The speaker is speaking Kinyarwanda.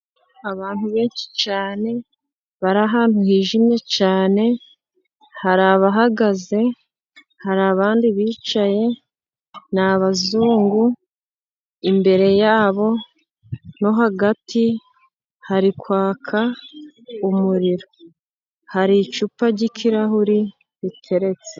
Abantu benshi cyane, bari ahantu hijimye cyane ,hari abahagaze hari abandi bicaye ni abazungu. Imbere yabo no hagati hari kwaka umuriro hari icupa ry'ikirahuri riteretse.